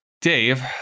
Dave